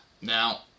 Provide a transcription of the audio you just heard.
Now